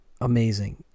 amazing